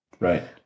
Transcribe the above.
Right